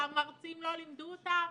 -- המרצים לא לימדו אותם?